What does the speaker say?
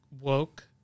woke